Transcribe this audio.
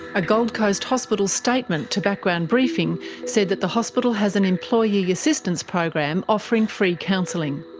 a gold coast hospital statement to background briefing said that the hospital has an employee assistance program offering free counselling,